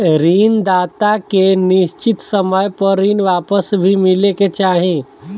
ऋण दाता के निश्चित समय पर ऋण वापस भी मिले के चाही